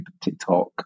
TikTok